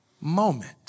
moment